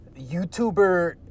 YouTuber